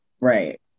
Right